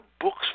books